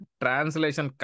translation